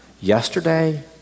yesterday